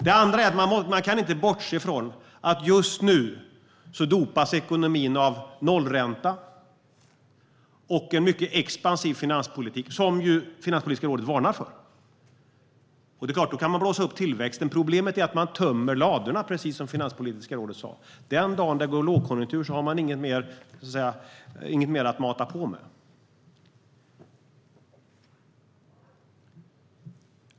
Det andra är att man inte kan bortse från att ekonomin just nu dopas av nollränta och en mycket expansiv finanspolitik som Finanspolitiska rådet varnar för. Det är klart att man då kan blåsa upp tillväxten. Problemet är att man tömmer ladorna, som Finanspolitiska rådet sa. Den dag det blir lågkonjunktur har man inget mer att mata på med.